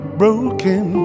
broken